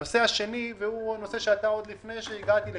הנושא השני קיים עוד לפני שהגעתי לכאן,